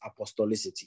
apostolicity